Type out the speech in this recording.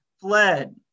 fled